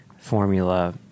formula